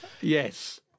Yes